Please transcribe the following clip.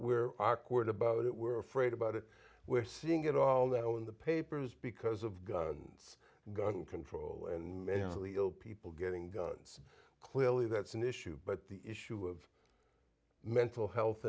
we're awkward about it we're afraid about it we're seeing it all that well in the papers because of guns and gun control and mentally ill people getting guns clearly that's an issue but the issue of mental health